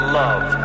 love